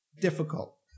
difficult